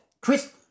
Chris